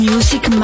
Music